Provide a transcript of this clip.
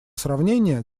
сравнения